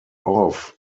off